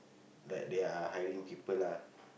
like they are hiring people lah